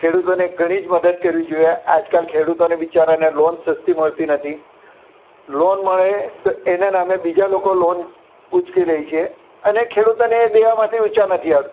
ખેડૂતોને ઘણી જ મદદ કરવી જોઈએ આજકાલ ખેડૂતોને બિચારાને લોન સસ્તી મળતી નથી લોન મળે તો એને નામે બીજા લોકો લોન ઊચકી લે છે અને ખેડૂતોને એ દેવામાંથી ઊંચા નથી આવ